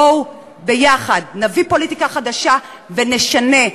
בואו ביחד נביא פוליטיקה חדשה ונשנה,